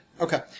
Okay